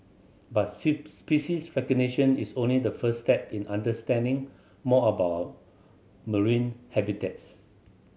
but species recognition is only the first step in understanding more about marine habitats